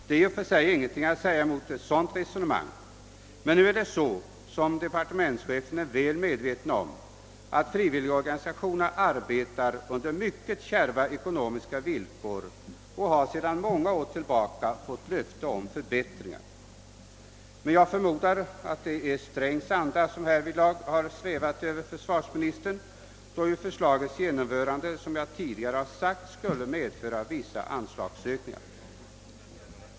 Det är i och för sig ingenting att invända emot ett sådant resonemang, men nu är det så — vilket departementschefen är väl medveten om — att frivilligorganisationerna arbetar under mycket kärva ekonomiska villkor. De är sedan många år tillbaka utlovade förbättringar. Jag förmodar emellertid att det är herr Strängs anda som har svävat över försvarsministern, eftersom förslagets genomförande, som jag tidigare har sagt skulle medföra vissa anslagsökningar redan följande budgetår.